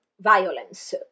Violence